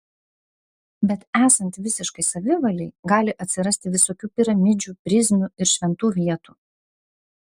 bet esant visiškai savivalei gali atsirasti visokių piramidžių prizmių ir šventų vietų